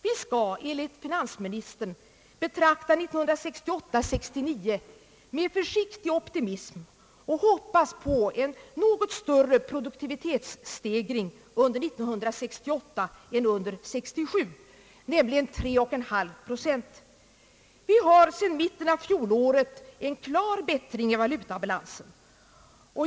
Vi skall enligt finansministern betrakta 1968/69 med försiktig optimism och hoppas på en något större produktivitetsstegring under 1968 än under 1967, nämligen 3,5 procent. Vi har sedan mitten av fjolåret en klar bättring i valutabalansen.